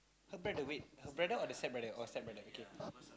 her brother wait her brother or the stepbrother oh stepbrother okay